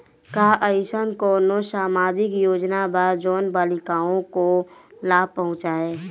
का अइसन कोनो सामाजिक योजना बा जोन बालिकाओं को लाभ पहुँचाए?